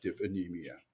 anemia